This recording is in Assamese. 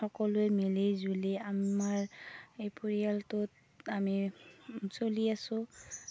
সকলোৱে মিলিজুলি আমাৰ এই পৰিয়ালটোত আমি চলি আছোঁ